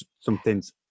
something's